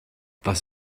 was